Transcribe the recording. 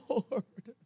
Lord